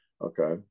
Okay